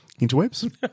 interwebs